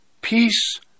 peace